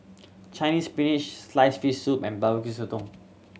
Chinese Spinach sliced fish soup and Barbecue Sotong